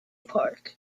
park